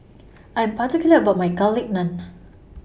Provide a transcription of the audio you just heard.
I Am particular about My Garlic Naan